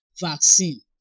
vaccine